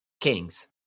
Kings